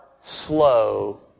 slow